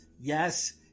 yes